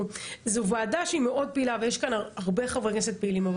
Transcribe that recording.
זו ועדה שהיא מאוד פעילה ויש כאן הרבה חברי כנסת פעילים,